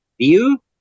view